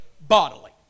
bodily